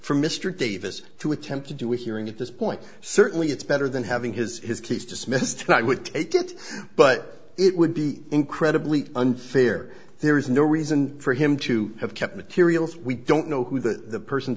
for mr davis to attempt to do with a at this point certainly it's better than having his his case dismissed that would take it but it would be incredibly unfair there is no reason for him to have kept materials we don't know who the persons